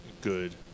good